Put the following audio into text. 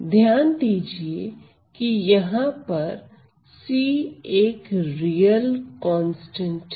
ध्यान दीजिए कि यहां पर c एक रियल कांस्टेंट है